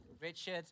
Richard